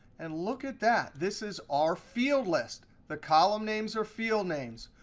and look at that, this is our field list. the column names are field names.